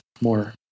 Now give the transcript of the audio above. more